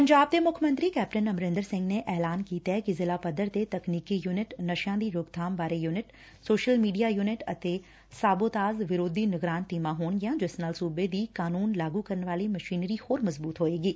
ਪੰਜਾਬ ਦੇ ਮੁੱਖ ਮੰਤਰੀ ਕੈਪਟਨ ਅਮਰੰਦਰ ਸਿੰਘ ਨੇ ਐਲਾਨ ਕੀਤੈ ਕਿ ਜ਼ਿਲ਼ਾ ਪੱਧਰ ਤੇ ਤਕਨੀਕੀ ਯੁਨਿਟ ਨਸ਼ਿਆ ਦੀ ਰੋਕਬਾਮ ਬਾਰੇ ਯੁਨਿਟ ਸੋਸ਼ਲ ਮੀਡੀਆ ਯੁਨਿਟ ਅਤੇ ਸਾਬੋਤਾਜ ਵਿਰੋਧੀ ਨਿਗਰਾਨ ਟੀਮਾਂ ਹੋਣਗੀਆਂ ਜਿਸ ਨਾਲ ਸੁਬੇ ਦੀ ਕਾਨੁੰਨ ਲਾਗੁ ਕਰਨ ਵਾਲੀ ਮਸ਼ੀਨਰੀ ਹੋਰ ਮਜਬੂਤ ਹੋਵੇਗੀ